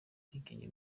ubwigenge